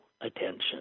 attention